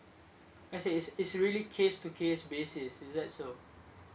I see it's it's really case to case basis is that so